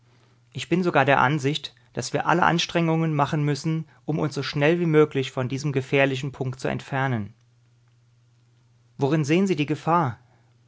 ich bin sogar der ansicht daß wir alle anstrengungen machen müssen um uns so schnell wie möglich von diesem gefährlichen punkt zu entfernen worin sehen sie die gefahr